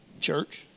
church